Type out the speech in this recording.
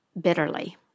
bitterly